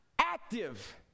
active